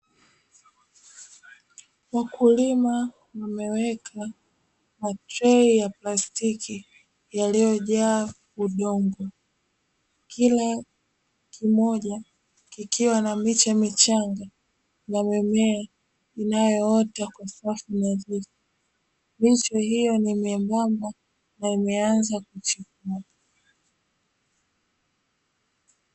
Wakulima wameweka matrei ya plastiki yaliyojaa udongo. Kila kimoja kikiwa na miche michanga na mimea inayoota kwa safu nadhifu. Miche hiyo ni myembamba na imeanza kuchepua.